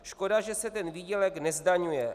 Škoda, že se ten výdělek nezdaňuje.